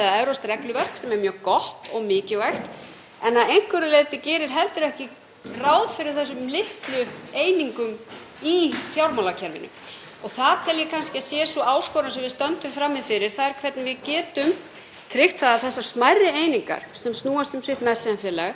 Það er kannski sú áskorun sem við stöndum frammi fyrir, þ.e. hvernig við getum tryggt að þessar smærri einingar, sem snúast um sitt nærsamfélag, geti blómstrað í kerfi sem er eigi að síður með skýrar kröfur og strangt regluverk þannig að við lendum til að mynda ekki í því, sem hv. þingmaður nefndi hér, að við séum að sjá